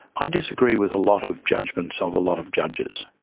i disagree with a lot of judgements of a lot of judges,